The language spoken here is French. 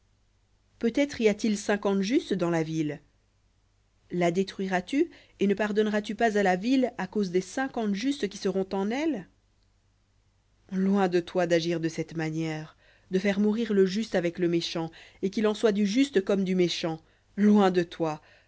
peut-être y a-t-il cinquante justes dans la ville détruiras tu et ne pardonneras tu pas à la ville à cause des cinquante justes qui seront en elle loin de toi d'agir de cette manière de faire mourir le juste avec le méchant et qu'il en soit du juste comme du méchant loin de toi